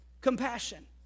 Compassion